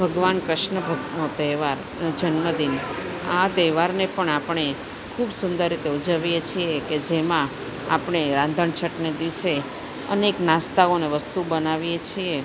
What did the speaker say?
ભગવાન ક્રૃષ્ણ ભગવાનનો તહેવાર જન્મદિન આ તહેવારને પણ આપણે ખૂબ સુંદર રીતે ઉજવીએ છીએ કે જેમાં આપણે રાંધણ છઠને દિવસે અનેક નાસ્તાઓ અને વસ્તુ બનાવીએ છીએ